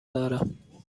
دارم